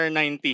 R90